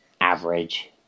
average